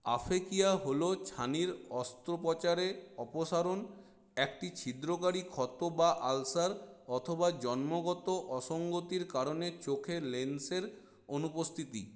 aphakia হল ছানির অস্ত্রোপচারে অপসারণ একটি ছিদ্রকারী ক্ষত বা আলসার অথবা জন্মগত অসঙ্গতির কারণে চোখে লেন্সের অনুপস্থিতি